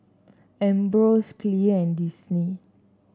Ambros Clear and Disney